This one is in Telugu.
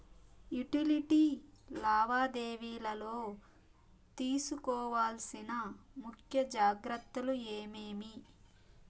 యుటిలిటీ లావాదేవీల లో తీసుకోవాల్సిన ముఖ్య జాగ్రత్తలు ఏమేమి?